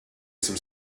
some